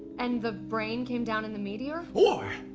and the brain came down in the meteor? or